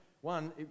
one